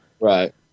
Right